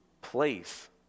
place